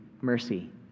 mercy